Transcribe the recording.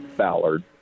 Ballard